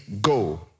Go